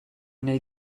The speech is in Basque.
nahi